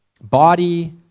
body